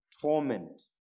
torment